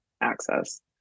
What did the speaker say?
access